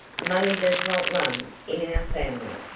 money does not run in our family.